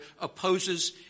opposes